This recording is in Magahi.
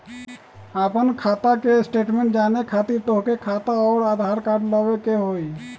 आपन खाता के स्टेटमेंट जाने खातिर तोहके खाता अऊर आधार कार्ड लबे के होइ?